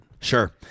sure